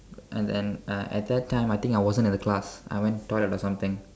and then uh at that time I think I wasn't in the class I went to the toilet or something